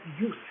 youth